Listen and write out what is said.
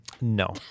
No